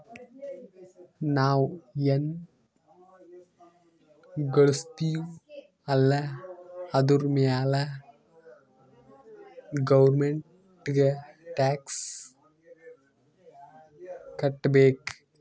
ನಾವ್ ಎನ್ ಘಳುಸ್ತಿವ್ ಅಲ್ಲ ಅದುರ್ ಮ್ಯಾಲ ಗೌರ್ಮೆಂಟ್ಗ ಟ್ಯಾಕ್ಸ್ ಕಟ್ಟಬೇಕ್